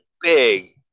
big